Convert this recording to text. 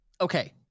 Okay